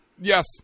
Yes